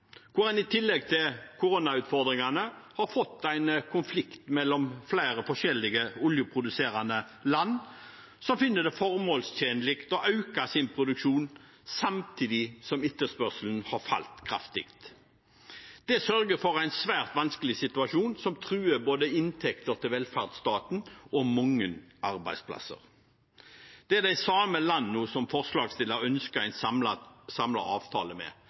en i tillegg til koronautfordringene har fått en konflikt mellom flere forskjellige oljeproduserende land som finner det formålstjenlig å øke sin produksjon, samtidig som etterspørselen har falt kraftig. Det sørger for en svært vanskelig situasjon som truer både inntekter til velferdsstaten og mange arbeidsplasser. Det er de samme landene forslagsstillerne ønsker en samlet avtale med